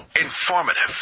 informative